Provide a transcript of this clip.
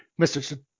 Mr